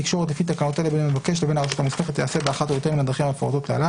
בסעיף 6 נעשה תיקון נוסח קטן לבקשת הרשות לניירות ערך ונוסיף "או סגנו".